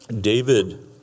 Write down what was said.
David